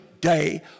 day